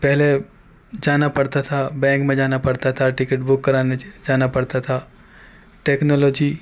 پہلے جانا پڑتا تھا بینک میں جانا پڑتا تھا ٹکٹ بک کرانے جانا پڑتا تھا ٹیکنالوجی